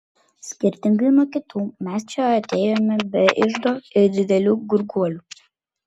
skirtingai nuo kitų mes čia atėjome be iždo ir didelių gurguolių